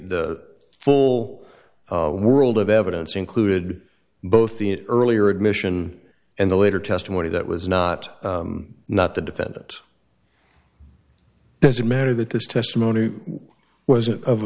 the full world of evidence included both the earlier admission and the later testimony that was not not the defendant does it matter that this testimony wasn't of